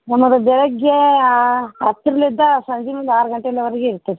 ಸೋಮವಾರ ಬೆಳಗ್ಗೇ ಹತ್ರಲಿದ್ದ ಸಂಜೆ ಮುಂದೆ ಆರು ಗಂಟೆಯವರೆಗ್ ಇರ್ತೀನಿ